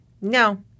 no